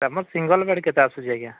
single bed କେତେ ଆସୁଛି ଆଜ୍ଞା